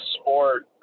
sport